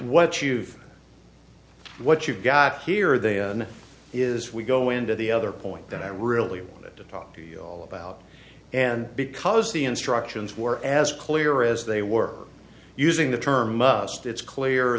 what you've what you've got here the is we go into the other point that i really wanted to talk to you all about and because the instructions were as clear as they were using the term must it's clear